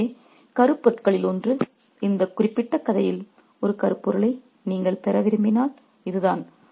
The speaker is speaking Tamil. எனவே கருப்பொருளில் ஒன்று இந்த குறிப்பிட்ட கதையில் ஒரு கருப்பொருளை நீங்கள் பெற விரும்பினால் இதுதான்